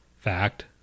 Fact